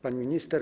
Pani Minister!